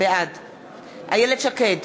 בעד איילת שקד,